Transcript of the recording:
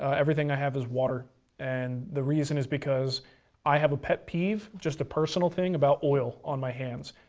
everything i have is water and the reason is because i have a pet peeve, just a personal thing, about oil on my hands.